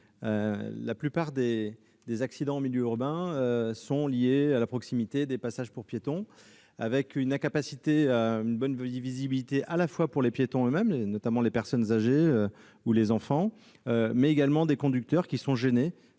La plupart des accidents en milieu urbain sont liés à la proximité des passages pour piétons, et ont pour cause une mauvaise visibilité à la fois pour les piétons, notamment les personnes âgées ou les enfants, et pour les conducteurs, qui sont gênés